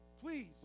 Please